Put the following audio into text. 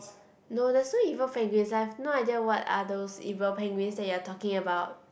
no there's no evil penguins I've no idea what are those evil penguins that you are talking about